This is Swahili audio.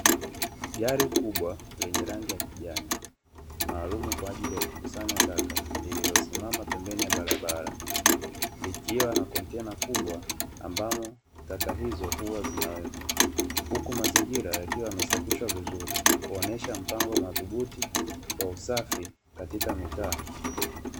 Gari kubwa lenye rangi ya kijani maalumu kwa ajili ya kukusanya taka, lililosimama pembeni ya barabara, likiwa na kontena kubwa ambalo taka hizo huwa zinawekwa, huku mazingira yakiwa yamesafishwa vizuri kuonyesha mpango madhubuti wa usafi katika mitaa.